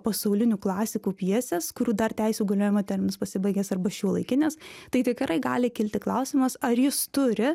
pasaulinių klasikų pjeses kurių dar teisių galiojimo terminas pasibaigęs arba šiuolaikinės tai tikrai gali kilti klausimas ar jis turi